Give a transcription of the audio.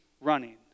running